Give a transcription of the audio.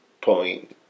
point